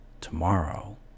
tomorrow